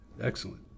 excellent